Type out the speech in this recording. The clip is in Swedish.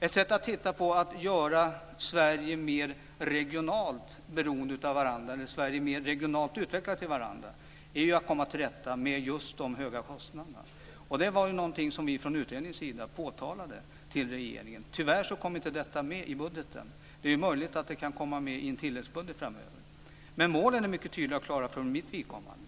Ett sätt att göra olika delar av Sverige mer regionalt utvecklade till varandra är att komma till rätta med just dessa höga kostnader. Detta var något som vi från utredningens sida påtalade för regeringen. Tyvärr kom inte detta med i budgeten. Det är ju möjligt att det kan komma med i en tilläggsbudget framöver. Men målen för mitt vidkommande är mycket tydliga och klara.